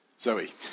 Zoe